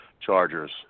Chargers